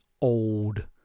old